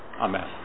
amen